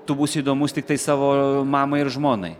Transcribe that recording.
tu būsi įdomus tiktai savo mamai ir žmonai